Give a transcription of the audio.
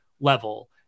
level